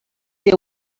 see